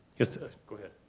yes, go ahead.